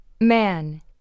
man